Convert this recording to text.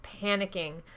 panicking